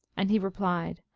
and he replied,